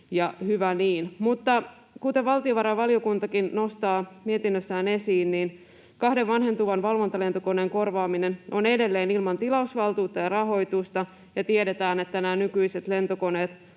kuten valtiovarainvaliokuntakin nostaa mietinnössään esiin, kahden vanhentuvan valvontalentokoneen korvaaminen on edelleen ilman tilausvaltuutta ja rahoitusta, ja tiedetään, että nämä nykyiset lentokoneet